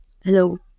Hello